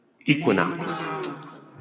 Equinox